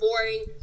boring